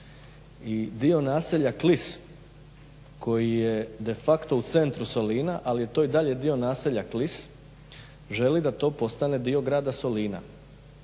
i dio naselja Klis koji je de facto u centru Solina, ali je to i dalje dio naselja Klis želi da to postane dio Grada Solina.